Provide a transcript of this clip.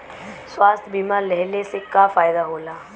स्वास्थ्य बीमा लेहले से का फायदा होला?